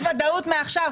לא, אם ניתן ודאות מעכשיו.